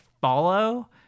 follow